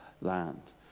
land